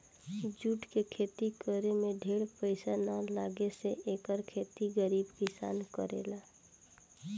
jute के खेती करे में ढेर पईसा ना लागे से एकर खेती गरीबो किसान करेला